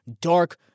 dark